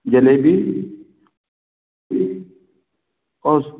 जलेबी और